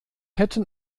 hätten